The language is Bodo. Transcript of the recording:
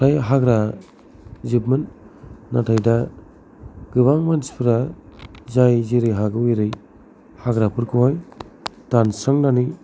फ्राय हाग्रा जोबमोन नाथाय दा गोबां मानसिफ्रा जाय जेरै हागौ एरै हाग्राफोरखौ हाय दानस्रांनानै